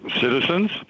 citizens